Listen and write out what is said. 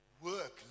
work